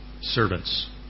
servants